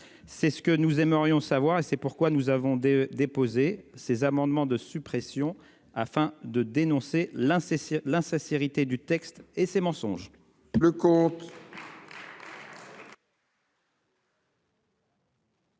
C'est ce que nous aimerions savoir et c'est pourquoi nous avons de déposer ses amendements de suppression afin de dénoncer l'inceste l'insincérité du texte et ses mensonges.